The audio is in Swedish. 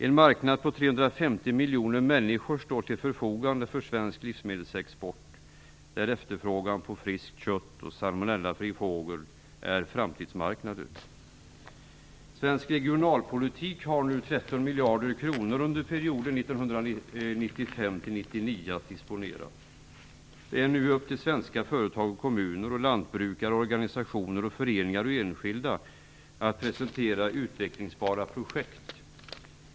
En marknad på 350 miljoner människor står till förfogande för svensk livsmedelsexport, där efterfrågan på friskt kött och salmonellafri fågel är framtidsmarknader. Svensk regionalpolitik har 13 miljarder kronor att disponera under perioden 1995-1999. Det är nu upp till svenska företag, kommuner, lantbrukare, organisationer, föreningar och enskilda att presentera utvecklingsbara projekt.